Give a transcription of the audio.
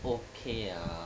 okay ah